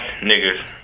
niggers